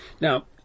Now